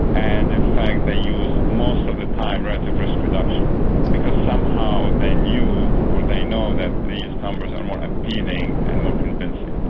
and in fact they used most of the time rate of risk reduction because somehow they knew, or they know that these numbers are more appealing and more convincing.